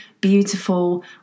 beautiful